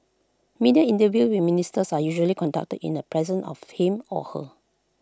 media interviews with ministers are usually conducted in the presence of him or her